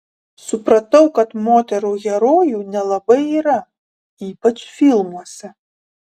supratau kad moterų herojų nelabai yra ypač filmuose